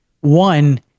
One